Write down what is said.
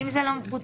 גם אם זה לא מפוצל?